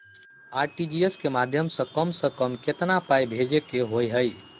RTGS केँ माध्यम सँ कम सऽ कम केतना पाय भेजे केँ होइ हय?